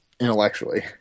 intellectually